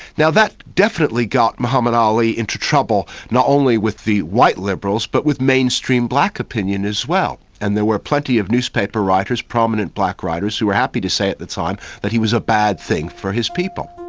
now, that definitely got muhammad ali into trouble, not only with the white liberals but with mainstream black opinion as well, and there were plenty of newspaper writers, prominent black writers who were happy to say at the time that he was a bad thing for his people.